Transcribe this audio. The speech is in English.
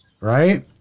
Right